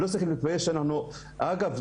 אגב,